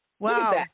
Wow